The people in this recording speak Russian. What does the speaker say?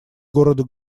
города